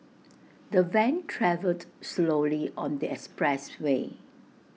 the van travelled slowly on the expressway